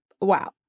Wow